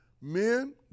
Men